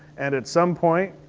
and at some point,